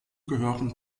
gehören